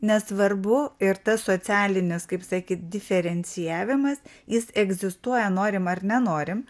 nesvarbu ir tas socialinis kaip sakyt diferencijavimas jis egzistuoja norim ar nenorim